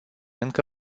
încă